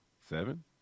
Seven